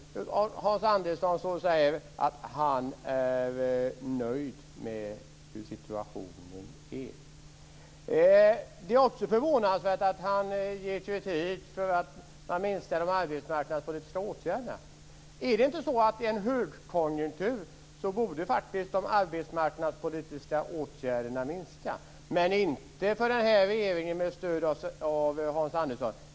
Och Hans Andersson säger att han är nöjd med hur situationen är. Det är också förvånansvärt att han ger kritik för att man minskar de arbetsmarknadspolitiska åtgärderna. Är det inte så att de arbetsmarknadspolitiska åtgärderna faktiskt borde minska i en högkonjunktur? Men inte för den här regeringen, med stöd av Hans Andersson.